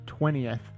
20th